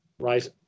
right